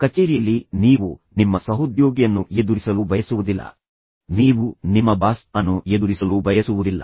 ಕಚೇರಿಯಲ್ಲಿ ನೀವು ನಿಮ್ಮ ಸಹೋದ್ಯೋಗಿಯನ್ನು ಎದುರಿಸಲು ಬಯಸುವುದಿಲ್ಲ ನೀವು ನಿಮ್ಮ ಬಾಸ್ ಅನ್ನು ಎದುರಿಸಲು ಬಯಸುವುದಿಲ್ಲ